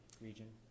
region